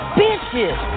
bitches